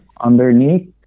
underneath